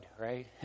right